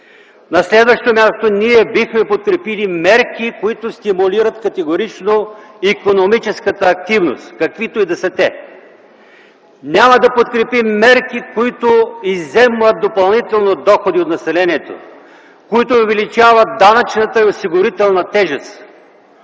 На следващо място, ние бихме подкрепили мерки, които стимулират категорично икономическата активност, каквито и да са те. Няма да подкрепим мерки, които изземват допълнително доходи от населението, които увеличават данъчната и осигурителна тежест.